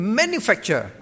manufacture